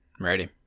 Ready